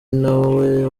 nawe